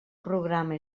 programa